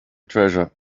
treasure